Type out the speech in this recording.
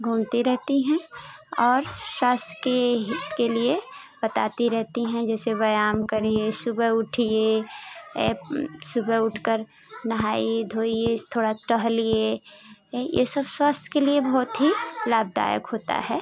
घूमती रहती हैं और स्वास्थ्य के ही के लिए बताती रहती हैं जैसे व्यायाम करिए सुबह उठिए ये सुबह उठ कर नहाइए धोइए थोड़ा टहलिए ये सब स्वास्थय के लिए बहुत ही लाभदायक होता है